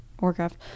Warcraft